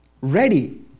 Ready